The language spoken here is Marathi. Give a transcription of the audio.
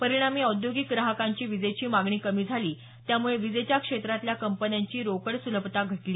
परिणामी औद्योगिक ग्राहकांची विजेची मागणी कमी झाली त्यामुळे विजेच्या क्षेत्रातल्या कंपन्यांची रोकडसुलभता घटली